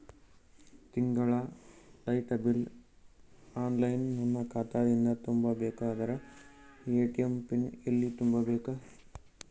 ತಿಂಗಳ light bill online ನನ್ನ ಖಾತಾ ದಿಂದ ತುಂಬಾ ಬೇಕಾದರ ಎ.ಟಿ.ಎಂ ಪಿನ್ ಎಲ್ಲಿ ತುಂಬೇಕ?